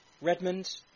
Redmond